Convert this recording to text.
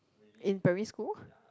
in primary school